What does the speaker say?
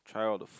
try all the food